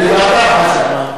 אני ואתה, מה זה.